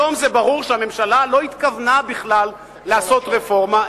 היום זה ברור שהממשלה לא התכוונה בכלל לעשות רפורמה.